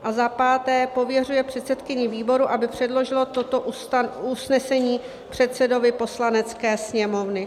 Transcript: A za V. Pověřuje předsedkyni výboru, aby předložila toto usnesení předsedovi Poslanecké sněmovny.